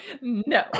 no